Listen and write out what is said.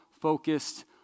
focused